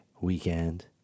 weekend